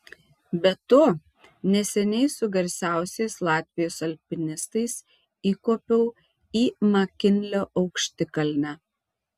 be to neseniai su garsiausiais latvijos alpinistais įkopiau į makinlio aukštikalnę